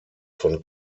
von